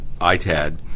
ITAD